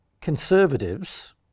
conservatives